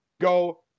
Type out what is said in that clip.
Go